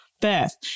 birth